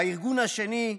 והארגון השני,